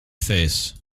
face